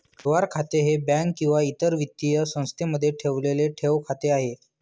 व्यवहार खाते हे बँक किंवा इतर वित्तीय संस्थेमध्ये ठेवलेले ठेव खाते आहे